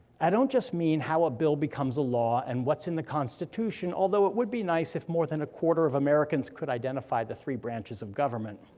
i don't just mean how a bill becomes a law and what's in the constitution, although it would be nice if more than a quarter of americans could identify the three branches of government,